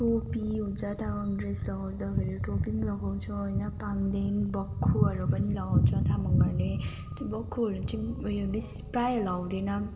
टोपी हुन्छ तामाङ ड्रेस लगाउँदाखेरि टोपी पनि लगाउँछ होइन पाङ्देन बक्खुहरू पनि लगाउँछ तामाङहरूले त्यो बक्खुहरू चाहिँ उयो बेस प्राय लाउँदैन